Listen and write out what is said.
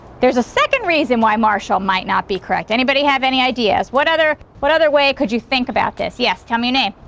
there's a second reason why marshall might not be correct. anybody have any ideas what other what other way could you think about this? yes tell me a name.